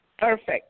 Perfect